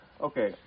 Okay